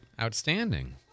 Outstanding